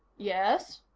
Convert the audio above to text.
yes?